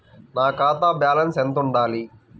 నా ఖాతా బ్యాలెన్స్ ఎంత ఉండాలి?